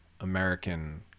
American